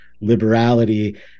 liberality